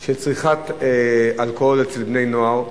של צריכת אלכוהול אצל בני-נוער,